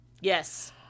Yes